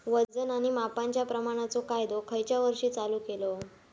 वजन आणि मापांच्या प्रमाणाचो कायदो खयच्या वर्षी चालू केलो?